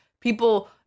People